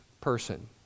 person